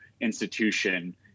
institution